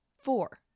four